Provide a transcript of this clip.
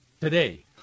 today